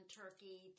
turkey